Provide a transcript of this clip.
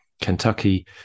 Kentucky